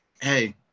hey